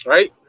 Right